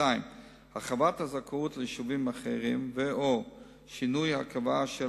2. הרחבת הזכאות ליישובים אחרים ו/או שינוי הרכבה של